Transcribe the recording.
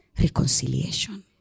Reconciliation